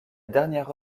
dernière